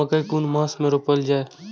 मकेय कुन मास में रोपल जाय छै?